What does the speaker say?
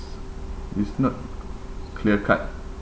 it's not clear cut